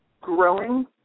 growing